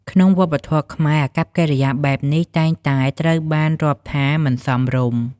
ក្នុងវប្បធម៌ខ្មែរ អាកប្បកិរិយាបែបនេះតែងតែត្រូវបានរាប់ថាមិនសមរម្យ។